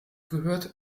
gehört